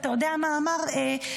אתה יודע מה אמר גפני?